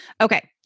Okay